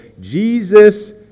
Jesus